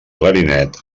clarinet